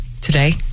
Today